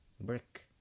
Brick